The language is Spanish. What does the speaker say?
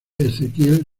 ezequiel